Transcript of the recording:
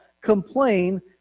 complain